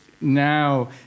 now